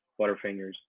butterfingers